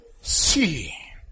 see